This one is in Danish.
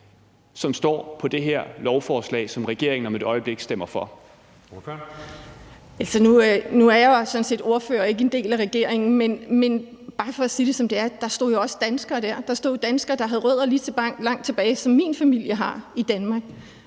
næstformand (Jeppe Søe): Ordføreren. Kl. 14:34 Heidi Bank (V): Nu er jeg sådan set ordfører og ikke en del af regeringen, men bare for at sige det, som det er: Der stod jo også danskere dér. Der stod danskere, der har rødder lige så langt tilbage, som min familie har i Danmark.